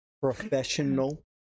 Professional